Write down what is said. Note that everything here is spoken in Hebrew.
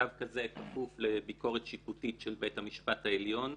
צו כזה כפוף לביקורת שיפוטית של בית המשפט העליון,